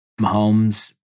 Mahomes